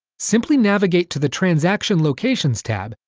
simply navigate to the transaction locations tab,